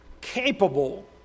capable